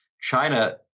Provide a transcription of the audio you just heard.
China